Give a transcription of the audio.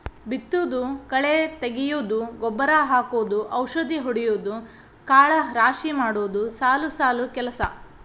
ಬಿತ್ತುದು ಕಳೆ ತಗಿಯುದು ಗೊಬ್ಬರಾ ಹಾಕುದು ಔಷದಿ ಹೊಡಿಯುದು ಕಾಳ ರಾಶಿ ಮಾಡುದು ಸಾಲು ಸಾಲು ಕೆಲಸಾ